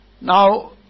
Now